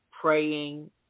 praying